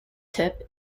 tip